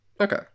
Okay